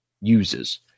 uses